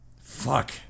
Fuck